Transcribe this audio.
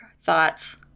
thoughts